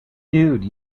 dude